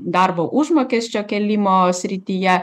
darbo užmokesčio kėlimo srityje